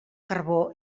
carbó